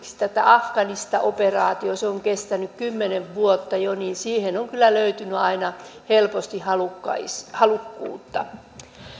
tätä afganistan operaatiota joka on kestänyt kymmenen vuotta jo niin siihen on kyllä löytynyt aina helposti halukkuutta halukkuutta